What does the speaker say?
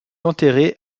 enterré